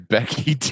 Becky